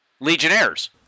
Legionnaires